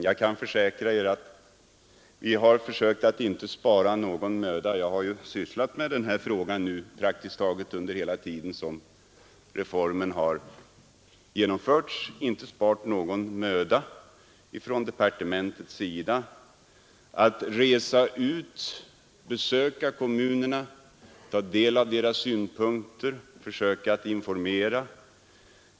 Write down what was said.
Jag kan försäkra att vi inom departementet inte sparat någon möda — jag har sysslat med denna fråga under praktiskt taget hela den tid som reformen genomförts — när det gällt att resa ut och besöka kommunerna, ta del av deras synpunkter och försöka informera.